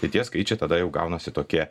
tai tie skaičiai tada jau gaunasi tokie